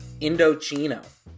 Indochino